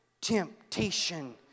temptation